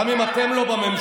גם אם אתם לא בממשלה,